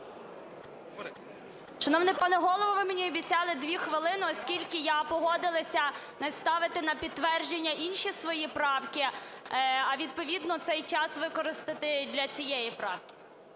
Шановний пане Голово! Ви мені обіцяли дві хвилини, оскільки я погодилася не ставити на підтвердження інші свої правки, а відповідно цей час використати для цієї правки.